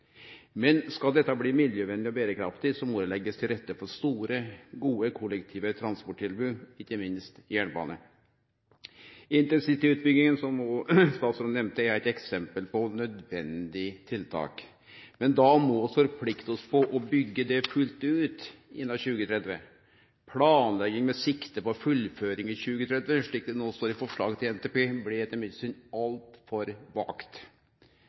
Skal dette bli miljøvennleg og berekraftig, må det leggjast til rette for store, gode kollektive transporttilbod, ikkje minst jernbane. Intercityutbygginga, som òg statsråden nemnde, er eit eksempel på nødvendig tiltak. Men da må vi forplikte oss til å byggje det fullt ut innan 2030. Planlegging med sikte på fullføring i 2030, slik det no står i forslaget til NTP, blir etter mitt syn altfor vagt. Interpellanten, Haugli, spør: Kva slags grep må til for